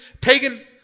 pagan